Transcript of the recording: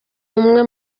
umwe